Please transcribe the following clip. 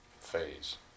phase